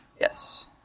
Yes